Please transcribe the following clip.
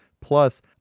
Plus